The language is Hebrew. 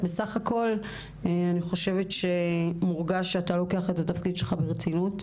בסך הכול מורגש שאתה לוקח את התפקיד שלך ברצינות.